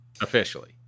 Officially